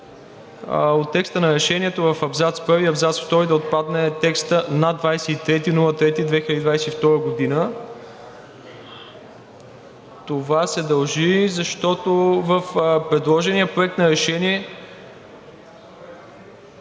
От текста на решението в абзац 1, 2 и 3 да отпадне текста „на 23.03.2022 г.“.“ Това се дължи, защото в предложения проект за решение,